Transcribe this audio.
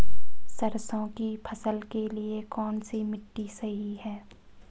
सरसों की फसल के लिए कौनसी मिट्टी सही हैं?